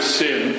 sin